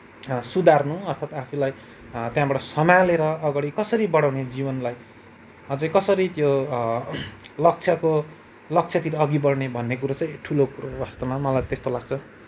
सुधार्नु अर्थात आफूलाई त्यहाँबाट सम्हालेर अघाडि कसरी बढाउने जीवनलाई अझै कसरी त्यो लक्ष्यको लक्ष्यतिर अघि बढने भन्ने कुरो चाहिँ ठुलो कुरो हो वास्तवमा मलाई त्यस्तो लाग्छ